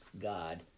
God